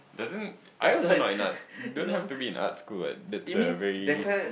doesn't I also not in Arts don't have to be in Arts school what that's a very